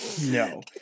no